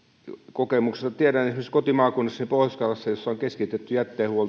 kokemuksesta tiedän esimerkiksi kotimaakunnassani pohjois karjalassa on keskitetty